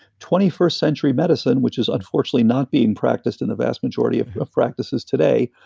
twenty first century medicine, which is unfortunately not being practiced in the vast majority of of practices today,